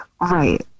Right